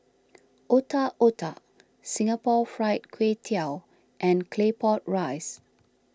Otak Otak Singapore Fried Kway Tiao and Claypot Rice